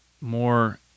more